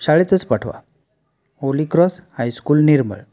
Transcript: शाळेतच पाठवा Holy Cross high school निर्मळ